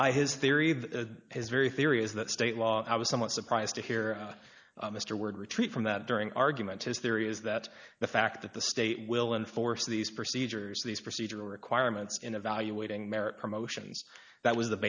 the his very theory is that state law i was somewhat surprised to hear mr word retreat from that during arguments his theory is that the fact that the state will enforce these procedures these procedural requirements in evaluating merit promotions that was the